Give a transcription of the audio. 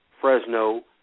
Fresno